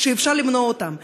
שאפשר למנוע אותם,